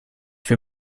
für